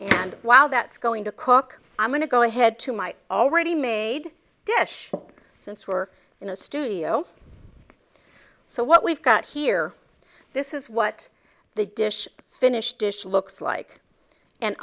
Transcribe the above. while that's going to cook i'm going to go ahead to my already made dish since we're in a studio so what we've got here this is what the dish finished dish looks like and